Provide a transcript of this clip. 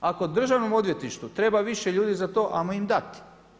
Ako Državnom odvjetništvu treba više ljudi za to, hajmo im dat.